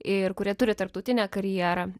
ir kurie turi tarptautinę karjerą